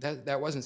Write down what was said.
that wasn't